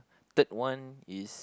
third one is